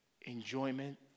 enjoyment